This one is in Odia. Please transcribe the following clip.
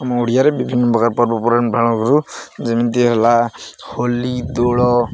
ଆମ ଓଡ଼ିଆରେ ବିଭିନ୍ନ ପ୍ରକାର ପର୍ବପର୍ବାଣି ପାଳନ କରୁ ଯେମିତି ହେଲା ହୋଲି ଦୋଳ